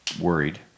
worried